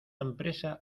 empresa